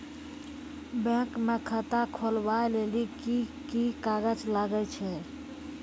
Bank म खाता खोलवाय लेली की की कागज लागै छै?